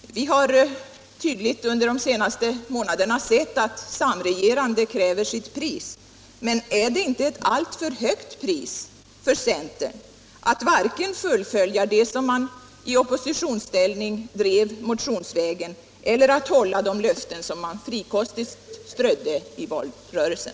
Vi har just under de senaste månaderna tydligt sett att samregerandet kräver sitt pris, men är det inte ett alltför högt pris för centern att varken fullfölja det krav som man i oppositionsställning drev motionsvägen eller att hålla de löften som man frikostigt strödde omkring sig i valrörelsen?